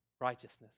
righteousness